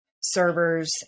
servers